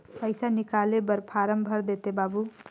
पइसा निकाले बर फारम भर देते बाबु?